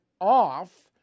off